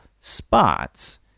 spots